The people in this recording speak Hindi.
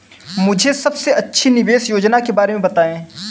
मुझे सबसे अच्छी निवेश योजना के बारे में बताएँ?